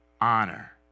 honor